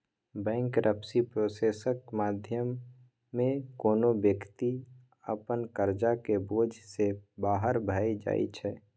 bankruptcy प्रोसेसक माध्यमे कोनो बेकती अपन करजाक बोझ सँ बाहर भए जाइ छै